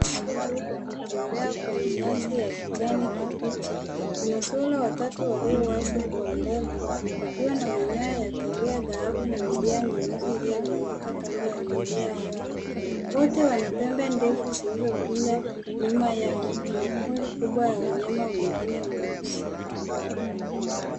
Swara wakitembea kwenye nyasi ya kijani kibichi, kuna swara watatu walio wazi kwa mbele wakiwa na minyoya ya kahawia dhahabu na milia nyeusi iliyo nyooka kando ya milia yao. Wote wana pembe ndefu zilizo pinda, nyuma yao kuna kundi kubwa la wanyama wengine weusi.